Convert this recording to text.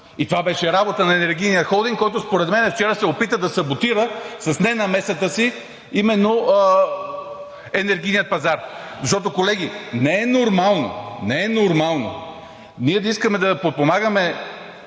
И това беше работа на Енергийния холдинг, който според мен, вчера се опита да саботира с ненамесата си именно енергийния пазар. Защото, колеги, не е нормално, не е нормално ние да искаме да подпомагаме